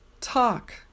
Talk